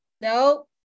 Nope